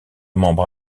membre